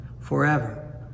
forever